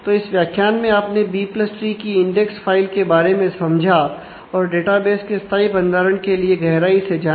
तो इस व्याख्यान में आपने बी प्लस ट्री की इंडेक्स फाइल के बारे में समझा और डेटाबेस के स्थाई भंडारण के लिए गहराई से जाना